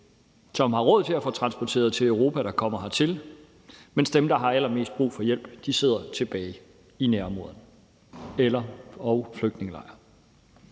som har råd til at blive transporteret til Europa, der kommer hertil, mens dem, der har allermest brug for hjælp, sidder tilbage i nærområderne eller/og i flygtningelejre.